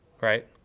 right